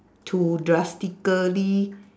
to drastically